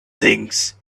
things